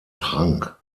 trank